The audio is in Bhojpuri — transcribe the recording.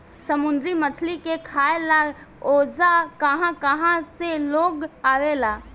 समुंद्री मछली के खाए ला ओजा कहा कहा से लोग आवेला